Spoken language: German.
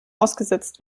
ausgesetzt